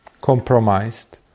compromised